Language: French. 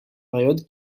période